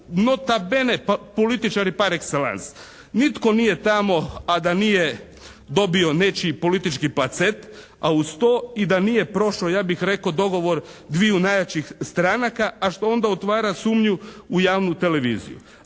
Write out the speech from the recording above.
«nota bene» političari «par exelance». Nitko nije tamo a da nije dobio nečiji politički placet, a uz to i da nije prošao ja bih rekao dogovor dviju najjačih stranaka. A što onda otvara sumnju u javnu televiziju?